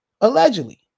allegedly